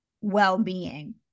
well-being